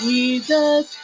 Jesus